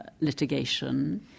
litigation